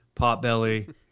Potbelly